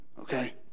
Okay